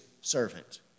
servant